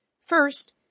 First